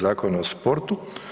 Zakona o sportu.